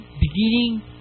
Beginning